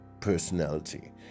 personality